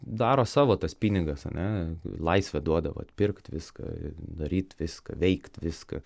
daro savo tas pinigas ane laisvę duodavo atpirkt viską daryt viską veikt viską